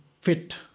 fit